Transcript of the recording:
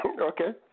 Okay